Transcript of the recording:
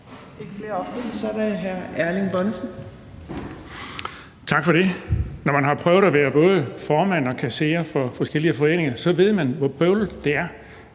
Tak for det. Når man har prøvet at være både formand og kasserer for forskellige foreninger, ved man, hvor bøvlet det er,